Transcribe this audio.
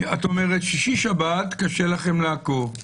את אומרת ששישי שבת קשה לכם לעקוב,